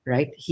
Right